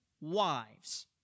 wives